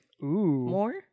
more